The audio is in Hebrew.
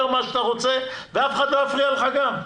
על מה שאתה רוצה ואף אחד לא יפריע לך גם.